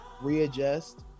readjust